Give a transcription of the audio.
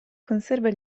conserva